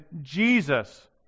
Jesus